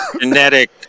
Genetic